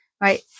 Right